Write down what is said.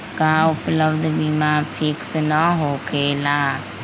का उपलब्ध बीमा फिक्स न होकेला?